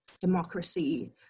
democracy